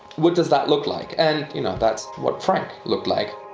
what does that look like? and you know that's what frank looked like.